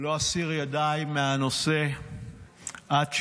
לא אסיר ידיי מהנושא עד שימומש.